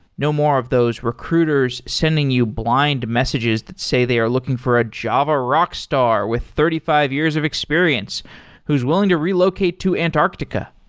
no more of those recruiters sending you blind messages that say they are looking for a java rock star with thirty five years of experience who's willing to relocate to antarctica.